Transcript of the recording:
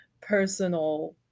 personal